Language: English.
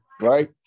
right